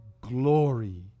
glory